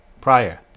prior